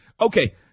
Okay